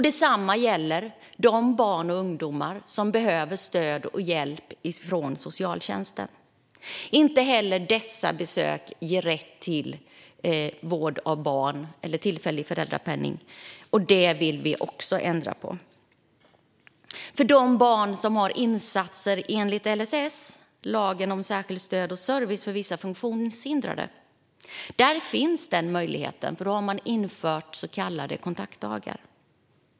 Detsamma gäller de barn och ungdomar som behöver stöd och hjälp från socialtjänsten. Inte heller dessa besök ger rätt till vård av barn, eller tillfällig föräldrapenning. Det vill vi också ändra på. För de barn som har insatser enligt LSS, lagen om stöd och service till vissa funktionshindrade, finns den möjligheten. Där har man infört så kallade kontaktdagar.